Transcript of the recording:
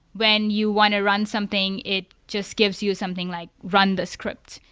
when you want to run something, it just gives you something like run the script,